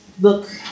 look